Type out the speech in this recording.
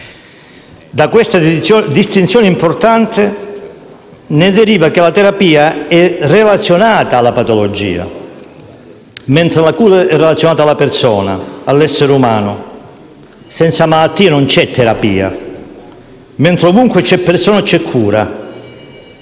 Da queste distinzioni importanti ne deriva che la terapia è relazionata alla patologia, mentre la cura è relazionata alla persona, all'essere umano. Senza malattia non c'è terapia, mentre ovunque c'è persona, c'è cura.